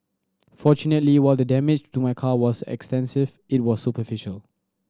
fortunately while the damage to my car was extensive it was superficial